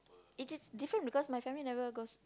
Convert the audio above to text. it is different because my family never goes